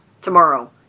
tomorrow